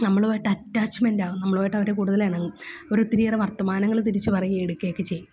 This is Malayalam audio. നമ്മളുമായിട്ട് അറ്റാച്ച്മെൻറ്റാകും നമ്മളുമായിട്ടവര് കൂടുതലിണങ്ങും അവരൊത്തിരിയേറെ വർത്തമാനങ്ങള് തിരിച്ചു പറയുകയും എടുക്കുകയുമൊക്കെ ചെയ്യും